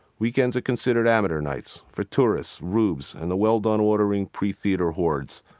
weekends are considered amateur nights for tourists, rubes, and the well-done-ordering pretheatre hordes.